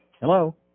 Hello